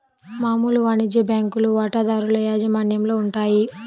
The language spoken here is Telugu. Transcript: మామూలు వాణిజ్య బ్యాంకులు వాటాదారుల యాజమాన్యంలో ఉంటాయి